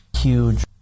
huge